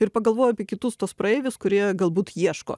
ir pagalvojo apie kitus tuos praeivius kurie galbūt ieško